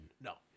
No